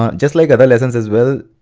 um just like other lessons as well,